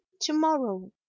to-morrow